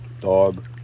Dog